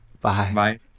Bye